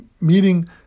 meeting